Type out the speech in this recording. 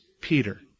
Peter